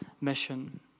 mission